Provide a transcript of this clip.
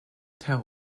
terre